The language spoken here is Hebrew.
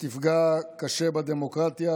שתפגע קשה בדמוקרטיה.